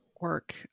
work